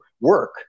work